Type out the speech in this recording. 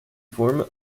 form